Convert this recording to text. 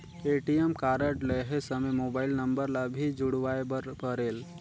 ATM card लहे समय mobile number ला भी जुड़वाए बर परेल?